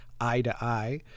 eye-to-eye